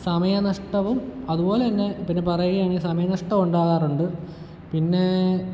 സമയനഷ്ടവും അതുപോലെ തന്നെ പിന്നെ പറയുകയാണെങ്കിൽ സമയം നഷ്ടോണ്ടാകാറുണ്ട് പിന്നെ